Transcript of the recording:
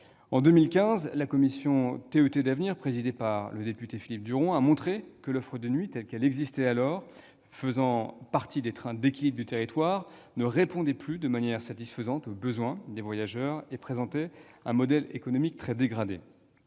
En 2015, la commission « TET d'avenir », présidée par Philippe Duron, alors député, a démontré que l'offre de nuit telle qu'elle existait alors, faisant partie des trains d'équilibre du territoire, ne répondait plus de manière satisfaisante aux besoins des voyageurs et présentait un modèle économique très dégradé.